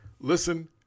listen